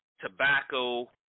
tobacco